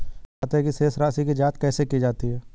खाते की शेष राशी की जांच कैसे की जाती है?